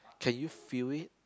can you feel it